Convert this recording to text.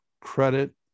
credit